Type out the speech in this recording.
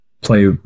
play